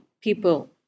people